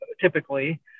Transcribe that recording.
typically